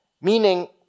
meaning